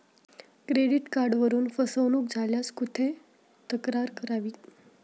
Credit कार्डवरून फसवणूक झाल्यास कुठे तक्रार करावी?